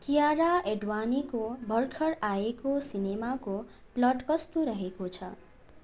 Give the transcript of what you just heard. कियारा एडवाणीको भर्खर आएको सिनेमाको प्लट कस्तो रहेको छ